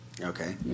okay